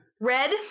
Red